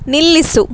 ನಿಲ್ಲಿಸು